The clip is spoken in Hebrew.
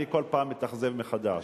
אני כל פעם מתאכזב מחדש.